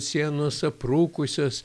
sienos aprūkusios